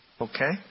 Okay